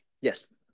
Yes